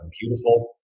beautiful